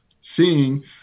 seeing